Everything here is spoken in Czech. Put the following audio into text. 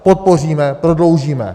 Podpoříme, prodloužíme.